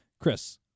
Chris